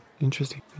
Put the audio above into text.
interesting